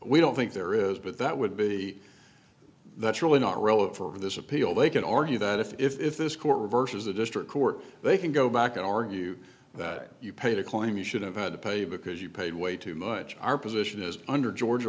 we don't think there is but that would be that's really not relevant for this appeal they can argue that if this court reverses the district court they can go back and argue that you paid a claim you should have had to pay because you paid way too much our position is under georgia